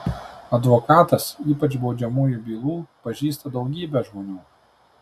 advokatas ypač baudžiamųjų bylų pažįsta daugybę žmonių